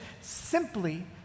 simply